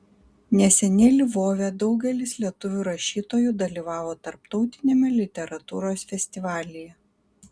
neseniai lvove daugelis lietuvių rašytojų dalyvavo tarptautiniame literatūros festivalyje